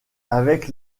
avec